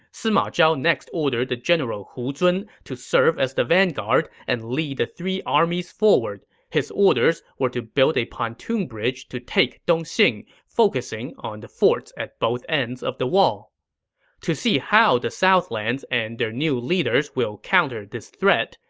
sima zhao next ordered the general hu zun to serve as the vanguard and lead the three armies forward. his orders were to build a pontoon bridge to take dongxing, focusing on the forts at both ends of the wall to see how the southlands and their new leaders will counter this threat,